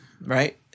right